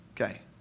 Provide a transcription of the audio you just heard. Okay